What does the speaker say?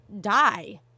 die